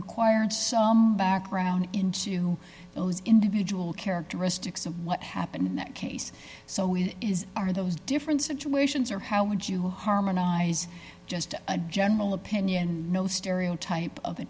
required some background into those individual characteristics of what happened in that case so it is are those differences to asians or how would you harmonize just a general opinion no stereotype of